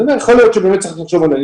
אני מתעקשת לשאול שאלה.